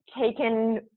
taken